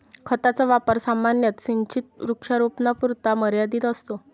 खताचा वापर सामान्यतः सिंचित वृक्षारोपणापुरता मर्यादित असतो